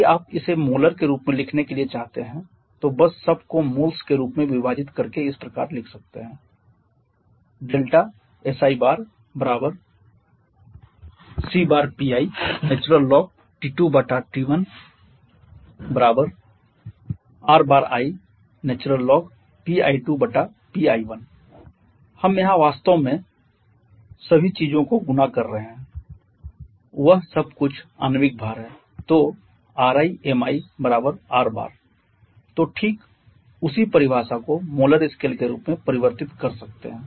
यदि आप इसे मोलर के रूप लिखने के लिए चाहते हैं तो बस सब को मोल्स के रूप में विभाजित करके इस प्रकार लिख सकते हैं siCpiln T2T1Ri ln Pi2Pi1 यहां हम वास्तव में सभी चीजों को गुना कर रहे हैं वह सब कुछ आणविक भार है तो Ri MiR तो ठीक उसी परिभाषा को मोलर स्केल के रूप में परिवर्तित कर सकते हैं